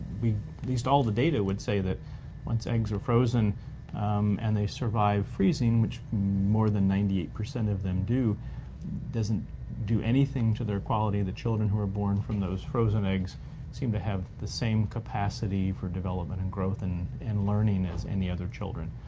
least all the data would say that once eggs are frozen and they survive freezing, which more than ninety eight percent of them do, it doesn't do anything to their quality. the children who are born from those frozen eggs seem to have the same capacity for development, and growth, and and learning, as any other children.